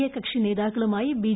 A കക്ഷി നേതാക്കളുമായി B